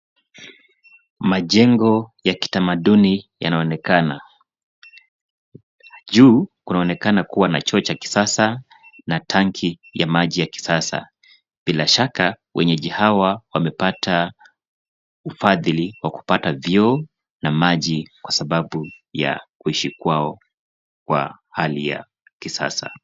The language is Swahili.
Majengo ya kitamaduni yanaonekana. Juu kunaonekana kuwa na choo cha kisasa na tanki ya maji ya kisasa. Bila shaka wenyeji hawa wamepata ufadhili wa kupata vyoo na maji kwa sababu ya kuishi kwao kwa hali ya kisasa.